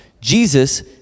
Jesus